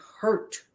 hurt